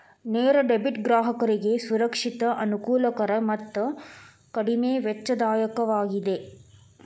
ನೇರ ಡೆಬಿಟ್ ಗ್ರಾಹಕರಿಗೆ ಸುರಕ್ಷಿತ, ಅನುಕೂಲಕರ ಮತ್ತು ಕಡಿಮೆ ವೆಚ್ಚದಾಯಕವಾಗಿದೆ